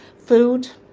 food,